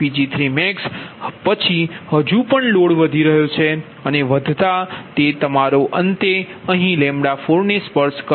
Pg3max પછી હજુ પણ લોડ વધી રહ્યો છે અને વધતા તે તમારો અંતે અહીં 4ને સ્પર્શ કરશે